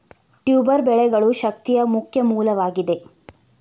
tuber ಬೆಳೆಗಳು ಶಕ್ತಿಯ ಮುಖ್ಯ ಮೂಲವಾಗಿದೆ